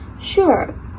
Sure